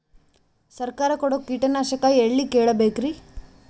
ಸರಕಾರ ಕೊಡೋ ಕೀಟನಾಶಕ ಎಳ್ಳಿ ಕೇಳ ಬೇಕರಿ?